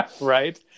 Right